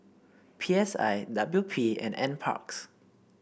P S I W P and NParks